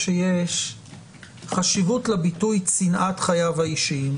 שיש חשיבות לביטוי "צנעת חייו האישיים".